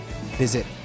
Visit